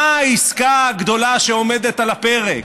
מה העסקה הגדולה שעומדת על הפרק?